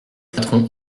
patron